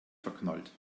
verknallt